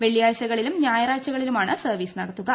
വെള്ളിയാഴ്ചകളിലും ഞായറാഴ്ചകളിലുമാണ് സർവ്വീസ് നടത്തുക